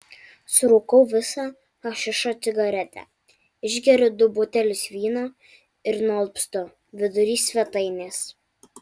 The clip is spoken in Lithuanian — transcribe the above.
surūkau visą hašišo cigaretę išgeriu du butelius vyno ir nualpstu vidury svetainės